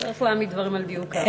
צריך להעמיד דברים על דיוקם.